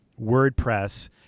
WordPress